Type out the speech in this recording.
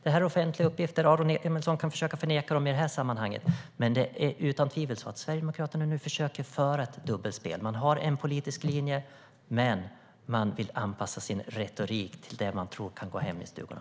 Det här är offentliga uppgifter. Aron Emilsson kan försöka förneka dem i det här sammanhanget. Men Sverigedemokraterna försöker utan tvivel föra ett dubbelspel. Man har en politisk linje. Men man vill anpassa sin retorik till det man tror kan gå hem i stugorna.